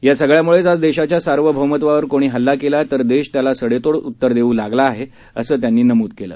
या सगळ्यामुळेच आज देशाच्या सार्वभौमत्वावर कोणी हल्ला केला तर देश त्याला सडेतोड उत्तर देऊ लागला आहे असं त्यांनी नमूद केलं